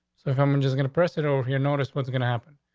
so how much is gonna press it or your notice? what's going to happen?